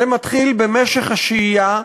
זה מתחיל במשך השהייה,